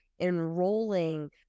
enrolling